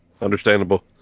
Understandable